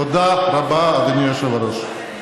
תודה רבה, אדוני היושב-ראש.